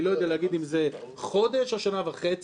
אני לא יודע להגיד אם זה חודש או שנה וחצי,